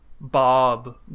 Bob